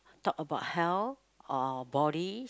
talk about health or body